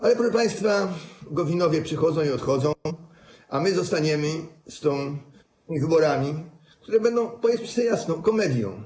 Ale, proszę państwa, Gowinowie przychodzą i odchodzą, a my zostaniemy z tymi wyborami, które będą, powiedzmy sobie jasno, komedią.